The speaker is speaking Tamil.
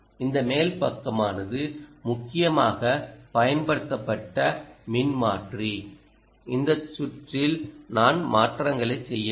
இந்த மேல் பக்கமானது முக்கியமாக பயன்படுத்தப்பட்ட மின்மாற்றி இந்த சுற்றில் நான் மாற்றங்களைச் செய்யவில்லை